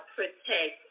protect